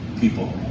people